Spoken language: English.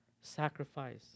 sacrifice